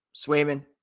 Swayman